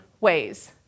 ways